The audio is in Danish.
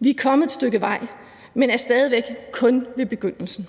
Vi er kommet et stykke vej, men er stadig væk kun ved begyndelsen.